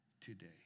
today